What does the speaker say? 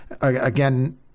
again